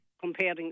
comparing